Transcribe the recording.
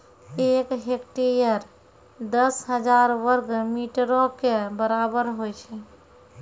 एक हेक्टेयर, दस हजार वर्ग मीटरो के बराबर होय छै